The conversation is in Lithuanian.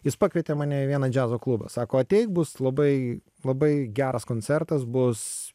jis pakvietė mane į vieną džiazo klubą sako ateik bus labai labai geras koncertas bus